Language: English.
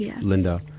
Linda